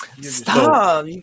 Stop